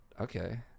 okay